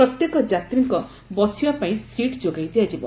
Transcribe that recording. ପ୍ରତ୍ୟେକ ଯାତ୍ରୀଙ୍କ ବସିବା ପାଇଁ ସିଟ୍ ଯୋଗାଇ ଦିଆଯିବ